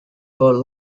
for